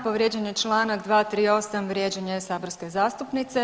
Povrijeđen je čl. 238, vrijeđanje saborske zastupnice.